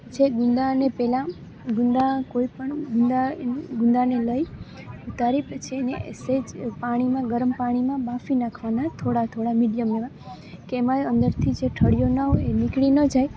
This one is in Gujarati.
જે ગુંદા અને પહેલાં ગુંદા કોઈ પણ ગુંદા ગુંદાને લઈ ઉતારી પછી એને સહેજ પાણીમાં ગરમ પાણીમાં બાફી નાંખવાના થોડાં થોડાં મીડિયમ એવાં કે એમાં અંદરથી જે ઠળિયો ન હોય એ નીકળી ન જાય